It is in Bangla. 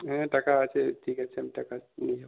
হ্যাঁ টাকা আছে ঠিক আছে আমি টাকা নিয়ে যাবো